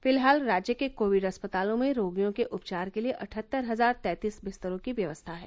फिलहाल राज्य के कोविड अस्पतालों में रोगियों के उपचार के लिए अठहत्तर हजार तैंतीस बिस्तरों की व्यवस्था है